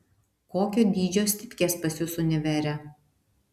kokio dydžio stipkės pas jus univere